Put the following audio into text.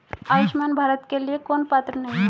आयुष्मान भारत के लिए कौन पात्र नहीं है?